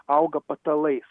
auga patalais